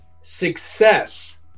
success